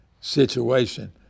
situation